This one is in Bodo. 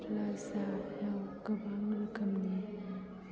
प्लाजा याव गोबां रोखोमनि